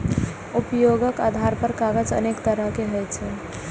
उपयोगक आधार पर कागज अनेक तरहक होइ छै